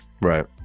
right